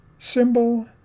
Symbol